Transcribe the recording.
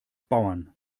bauern